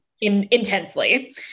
intensely